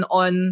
on